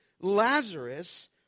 Lazarus